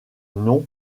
nom